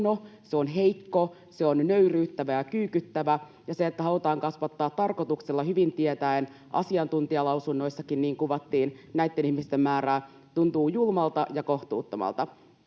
Se on heikko, se on nöyryyttävä ja kyykyttävä, ja se, että halutaan kasvattaa tarkoituksella hyvin tietäen — asiantuntijalausunnoissakin niin kuvattiin — näitten ihmisten määrää, tuntuu julmalta ja kohtuuttomalta.